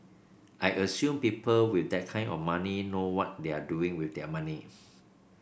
I assume people with that kind of money know what they're doing with their money